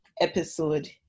episode